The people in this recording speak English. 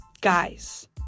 Guys